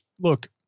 look